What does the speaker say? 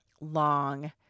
long